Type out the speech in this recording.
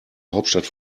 hauptstadt